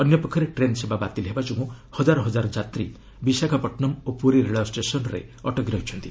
ଅନ୍ୟପକ୍ଷରେ ଟ୍ରେନ୍ ସେବା ବାତିଲ୍ ହେବା ଯୋଗୁଁ ହଜାର ଯାତ୍ରୀ ବିଶାଖାପଟନମ୍ ଓ ପୁରୀ ରେଳ ଷ୍ଟେସନ୍ରେ ଅଟକି ରହିଛନ୍ତି